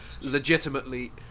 legitimately